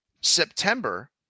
September